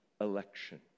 election